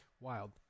Wild